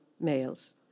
males